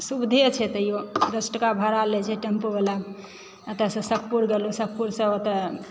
सुविधे छै ताहियो दस टका भाड़ा लय छै टेम्पु वाला एतयसँ सुखपुर गेलहुँ सुखपुरसे ओतय